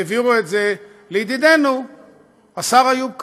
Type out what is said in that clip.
העבירו את זה לידידנו השר איוב קרא.